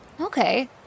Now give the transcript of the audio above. Okay